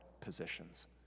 positions